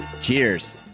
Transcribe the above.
Cheers